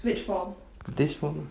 this form